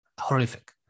horrific